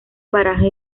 paraje